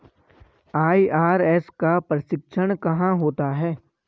IRS का प्रशिक्षण कहाँ होता है?